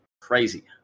crazy